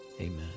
Amen